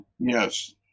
Yes